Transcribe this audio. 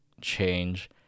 change